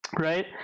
Right